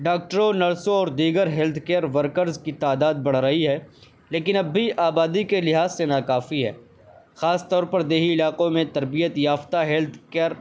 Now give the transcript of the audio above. ڈاکٹروں نرسوں اور دیگر ہیلتھ کیئر ورکرز کی تعداد بڑھ رہی ہے لیکن اب بھی آبادی کے لحاظ سے ناکافی ہے خاص طور پر دیہی علاقوں میں تربیت یافتہ ہیلتھ کیئر